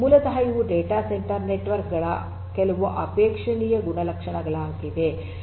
ಮೂಲತಃ ಇವು data centre network ಗಳ ಕೆಲವು ಅಪೇಕ್ಷಣೀಯ ಗುಣಲಕ್ಷಣಗಳಾಗಿವೆ